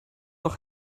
doch